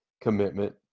commitment